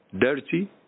dirty